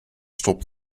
stop